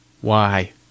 Why